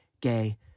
gay